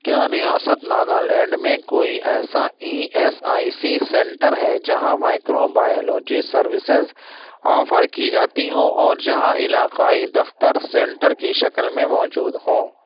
کیا ریاست ناگالینڈ میں کوئی ایسا E S I C centre ہے جہاں مائکرو بایولوجی سروسز آفر کی جاتی ہوں اور جہاں علاقائی دفتر سنٹر کی شکل میں موجود ہوں